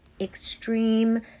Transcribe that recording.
extreme